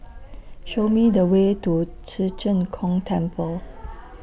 Show Me The Way to Ci Zheng Gong Temple